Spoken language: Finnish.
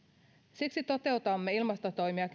siksi toteutamme ilmastotoimia